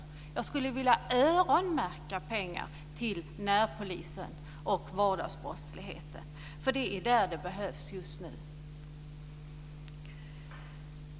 Jag skulle vilja öronmärka pengarna till närpolisen och vardagsbrottsligheten. Det är där de behövs just nu.